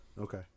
Okay